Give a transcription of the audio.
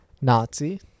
Nazi